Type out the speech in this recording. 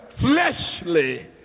fleshly